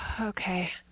Okay